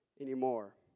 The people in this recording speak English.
anymore